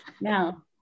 now